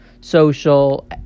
social